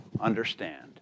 understand